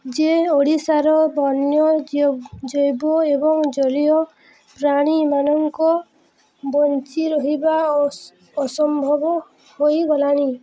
ଯେ ଓଡ଼ିଶାର ବନ୍ୟ ଜୈବ ଏବଂ ଜଳୀୟ ପ୍ରାଣୀମାନଙ୍କ ବଞ୍ଚି ରହିବା ଅସମ୍ଭବ ହୋଇ ଗଲାଣି